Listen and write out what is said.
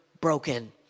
broken